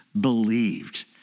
believed